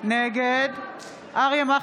נגד נגד סתימת פיות.